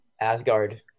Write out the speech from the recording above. Asgard